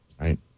Right